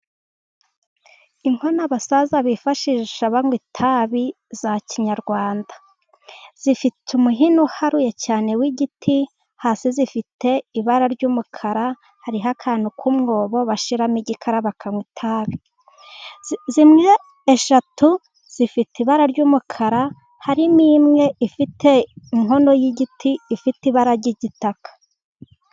Inkono abasaza bifashisha banywa itabi za kinyarwanda. Zifite umuhini uharuye cyane w'igiti, hasi zifite ibara ry'umukara. Hariho akantu k'umwobo bashyiramo igikara bankanywa itabi. Zimwe eshatu zifite ibara ry'umukara, hari n'imwe ifite inkono y'igiti ifite ibara ry'igitaka.